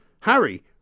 Harry